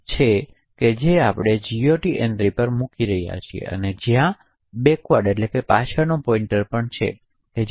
entry જોઈશું અને જ્યાં પાછળનો પોઇન્ટર છે કે આપણે પેઈલોડને ત્યાં મૂકી દીધું છે